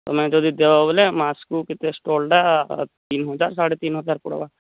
ତୁମେ ଯଦି ଦେବ ବୋଲେ ମାସକୁ କେତେ ଷ୍ଟଲ୍ଟା ତିନି ହଜାର ସାଢ଼େ ତିନି ହଜାର ପଡ଼ିବ